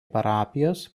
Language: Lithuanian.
parapijos